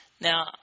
Now